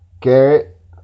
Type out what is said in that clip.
Garrett